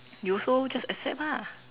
you also just accept ah